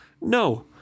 No